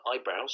eyebrows